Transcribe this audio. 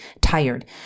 tired